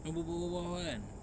bual bual bual bual bual bual kan